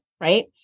right